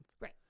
Right